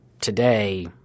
today